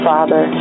Father